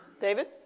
David